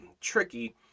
tricky